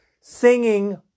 singing